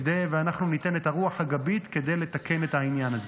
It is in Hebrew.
ואנחנו ניתן את הרוח הגבית כדי לתקן את העניין הזה.